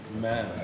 Man